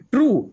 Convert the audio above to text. True